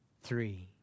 three